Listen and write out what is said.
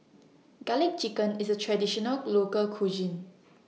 Garlic Chicken IS A Traditional Local Cuisine